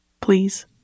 please